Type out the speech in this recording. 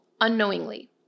unknowingly